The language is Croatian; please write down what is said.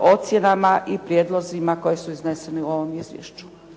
ocjenama i prijedlozima koje su iznesene u ovom izvješću.